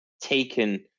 taken